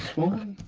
one